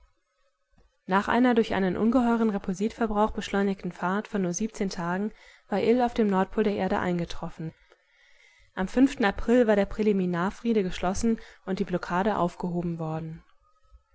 nach einer durch ungeheuren repulsitverbrauch beschleunigten fahrt von nur siebzehn tagen war ill auf dem nordpol der erde eingetroffen am fünften april war der